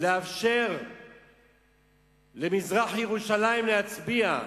לאפשר לתושבי מזרח-ירושלים להצביע,